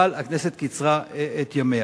אבל הכנסת קיצרה את ימיה.